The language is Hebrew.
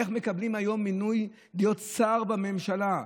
איך מקבלים היום מינוי להיות שר בממשלה?